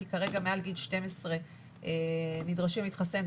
כי כרגע מעל גיל 12 נדרשים להתחסן,